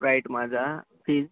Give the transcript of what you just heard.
sprite Maaza fees